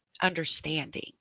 understanding